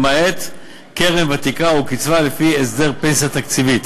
למעט קרן ותיקה או קצבה לפי הסדר פנסיה תקציבית.